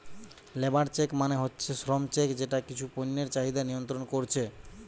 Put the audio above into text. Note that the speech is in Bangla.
লেবার চেক মানে হচ্ছে শ্রম চেক যেটা কিছু পণ্যের চাহিদা নিয়ন্ত্রণ কোরছে